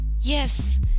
Yes